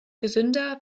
gesünder